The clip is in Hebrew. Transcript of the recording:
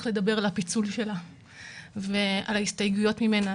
לדבר על הפיצול שלה ועל ההסתייגויות ממנה.